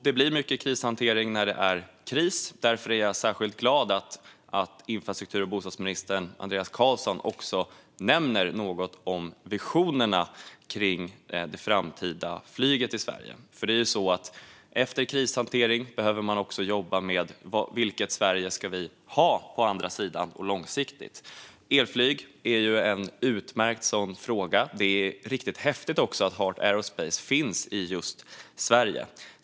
Det blir mycket krishantering när det är kris, och därför är jag särskilt glad att infrastruktur och bostadsminister Andreas Carlson också nämner något om visionerna kring det framtida flyget i Sverige. Efter krishantering behöver man också jobba med vilket Sverige vi ska ha på andra sidan och långsiktigt. Elflyg är en utmärkt sådan fråga. Det är riktigt häftigt att Heart Aerospace finns just i Sverige.